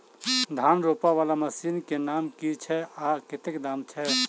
धान रोपा वला मशीन केँ नाम की छैय आ कतेक दाम छैय?